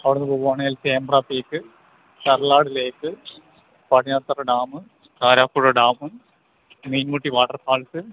അവിടുന്ന് പോവാണെങ്കിൽ ചേമ്പ്ര പീക്ക് സർലാട് lake Padinjarathara dam Karapuzha dam Meenmutty waterfalls